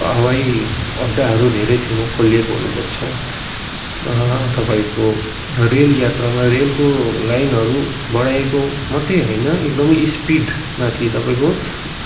हवाइअड्डाहरू धेरै ठाउँमा खोलिएको हुनुपर्छ तपाईँको रेल यात्रामा रेलको लाइनहरू बढाइएको मात्रै होइन एकदमै स्पिडमाथि तपाईँको